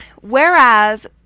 Whereas